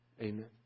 Amen